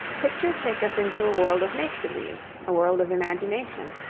pictures take us into a world of make-believe, a world of imagination,